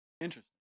Interesting